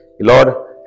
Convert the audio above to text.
Lord